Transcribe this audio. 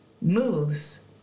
moves